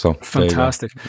Fantastic